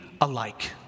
alike